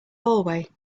hallway